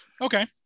Okay